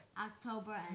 October